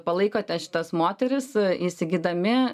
palaikote šitas moteris įsigydami